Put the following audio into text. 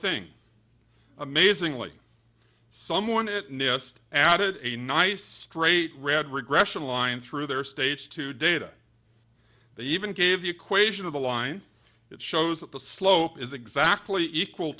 thing amazingly someone it nest added a nice straight read regression line through their stage two data they even gave the equation of the line it shows that the slope is exactly equal